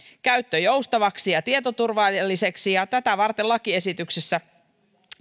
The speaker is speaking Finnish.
käyttö joustavaksi ja tietoturvalliseksi ja tätä varten lakiesityksessä